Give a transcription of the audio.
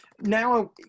Now